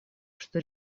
что